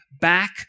back